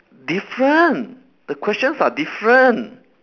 different the questions are different